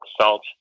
salt